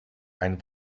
ein